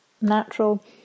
natural